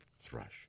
thrush